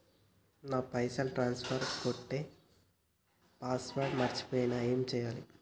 నా పైసల్ ట్రాన్స్ఫర్ కొట్టే పాస్వర్డ్ మర్చిపోయిన ఏం చేయాలి?